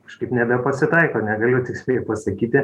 kažkaip nebepasitaiko negaliu tiksliai pasakyti